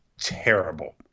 terrible